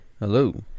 Hello